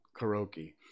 karaoke